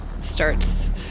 starts